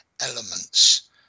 elements